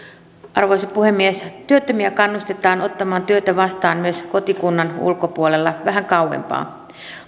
arvoisa puhemies työttömiä kannustetaan ottamaan työtä vastaan myös kotikunnan ulkopuolella vähän kauempaa